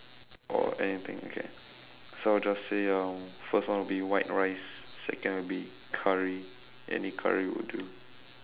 or anything okay so just say um first one will be white rice second will be curry any curry will do